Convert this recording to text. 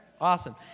Awesome